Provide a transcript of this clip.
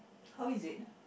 how is it ah